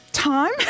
time